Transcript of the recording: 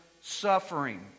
Suffering